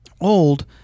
old